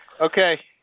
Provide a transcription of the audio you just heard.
Okay